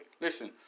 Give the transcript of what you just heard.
Listen